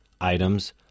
items